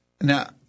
Now